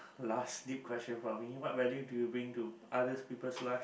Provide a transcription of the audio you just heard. last deep question for me what value do you bring to others people's life